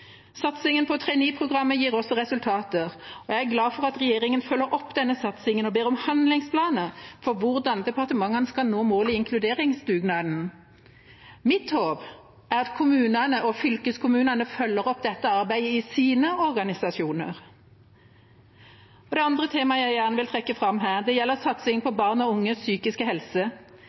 Satsingen på traineeprogrammet gir også resultater, og jeg er glad for at regjeringa følger opp denne satsingen og ber om handlingsplaner for hvordan departementene skal nå målet i inkluderingsdugnaden. Mitt håp er at kommunene og fylkeskommunene følger opp dette arbeidet i sine organisasjoner. Det andre temaet jeg gjerne vil trekke fram her, gjelder satsing på barn og unges psykiske helse.